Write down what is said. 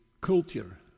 culture